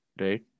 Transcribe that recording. right